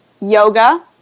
yoga